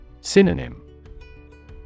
Synonym